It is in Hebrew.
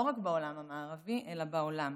לא רק בעולם המערבי אלא בעולם.